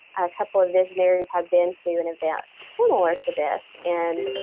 a couple of visionaries have been to an event similar to this in